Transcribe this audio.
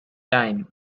time